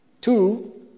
two